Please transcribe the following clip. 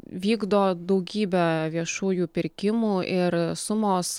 vykdo daugybę viešųjų pirkimų ir sumos